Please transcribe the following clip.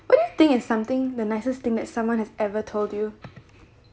what do you think it's something the nicest thing that someone has ever told you